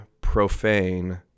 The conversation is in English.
profane